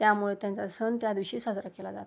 त्यामुळे त्यांचा सण त्यादिवशी साजरा केला जातो